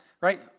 right